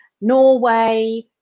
Norway